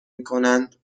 میکنند